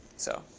so